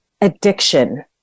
addiction